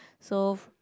so